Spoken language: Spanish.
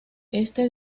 este